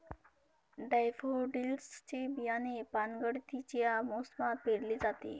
daffodils चे बियाणे पानगळतीच्या मोसमात पेरले जाते